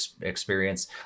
experience